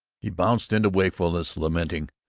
he bounced into wakefulness lamenting,